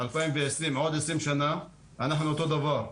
2021 אחרי עשרים שנה אנחנו באותו מקום.